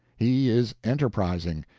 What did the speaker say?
he is enterprising,